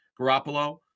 Garoppolo